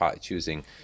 choosing